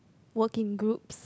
work in groups